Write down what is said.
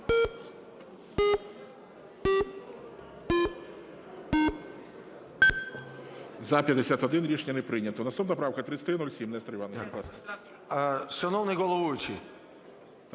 За-51 Рішення не прийнято. Наступна правка 3307. Нестор Іванович,